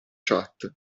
chat